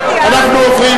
אנחנו עוברים,